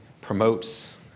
promotes